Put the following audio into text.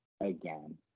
again